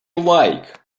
like